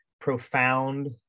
profound